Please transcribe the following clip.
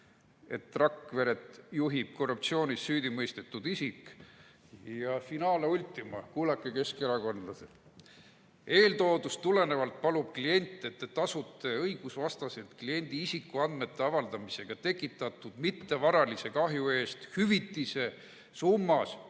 et Rakveret juhib korruptsioonis süüdi mõistetud isik. Jafinale ultima, kuulake, keskerakondlased! "Eeltoodust tulenevalt palub klient, et te tasute õigusvastaselt kliendi isikuandmete avaldamisega tekitatud mittevaralise kahju eest hüvitise summas